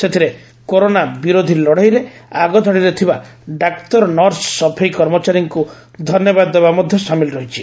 ସେଥବରେ corona ବିରୋଧୀ ଲଢ଼ଇରେ ଆଗଧାଡ଼ିରେ ଥିବା ଡାକ୍ତର ନର୍ସ ସଫେଇ କର୍ମଚାରୀଙ୍କୁ ଧନ୍ୟବାଦ ଦେବା ମଧ୍ୟ ସାମିଲ୍ ରହିଛି